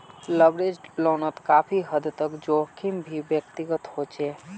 leveraged लोनोत काफी हद तक जोखिम भी व्यक्तिगत होचे